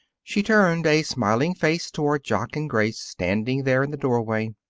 she turned a smiling face toward jock and grace standing there in the doorway.